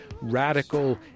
radical